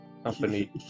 Company